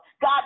God